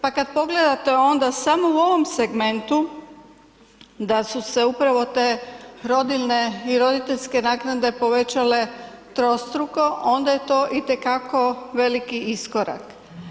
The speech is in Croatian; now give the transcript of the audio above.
Pa kad pogledate onda samo u ovom segmentu da su se upravo te rodiljne i roditeljske naknade povećale trostruko onda je to i te kako veliki iskorak.